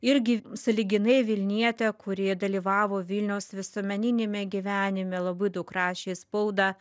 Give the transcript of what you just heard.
irgi sąlyginai vilnietė kuri dalyvavo vilniaus visuomeniniame gyvenime labai daug rašė į spaudą